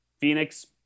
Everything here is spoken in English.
Phoenix